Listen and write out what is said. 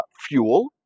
fuel